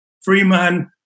Freeman